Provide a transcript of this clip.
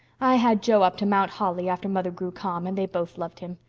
i had jo up to mount holly, after mother grew calm, and they both loved him.